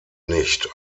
nicht